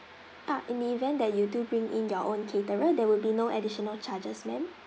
ah in the event that you do bring in your own caterer there would be no additional charges ma'am